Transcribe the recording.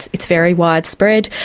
it's very widespread.